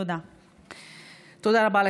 תודה רבה.